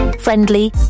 friendly